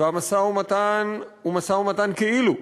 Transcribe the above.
והמשא-ומתן הוא משא-ומתן כאילו,